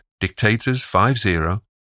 dictators50